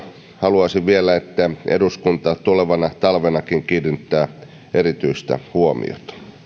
haluaisin vielä toivoa että eduskunta tulevanakin talvena kiinnittää talvikunnossapitoon erityistä huomiota